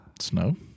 snow